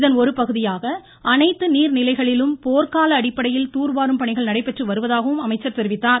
இதன் ஒருபகுதியாக அனைத்து நீர் நிலைகளிலும் போர்க்கால அடிப்படையில் தூர் வாரும் பணிகள் நடைபெற்று வருவதாகவும் அமைச்சர் தெரிவித்தார்